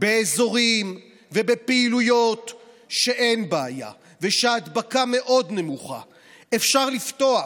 באזורים ובפעילויות שאין בהם בעיה ושההדבקה בהם מאוד נמוכה אפשר לפתוח,